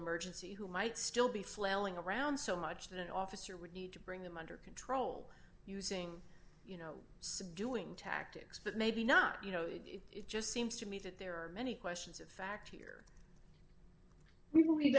emergency who might still be flailing around so much that an officer would need to bring them under control using you know subduing tactics but maybe not you know it just seems to me that there are many questions of fact here we believe